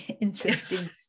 interesting